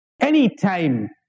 Anytime